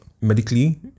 medically